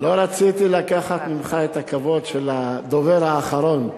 לא רציתי לקחת ממך את הכבוד של הדובר האחרון.